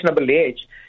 age